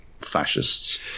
fascists